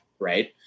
right